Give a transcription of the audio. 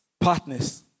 partners